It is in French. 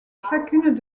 chacune